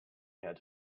had